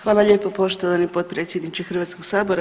Hvala lijepo poštovani potpredsjedniče Hrvatskog sabora.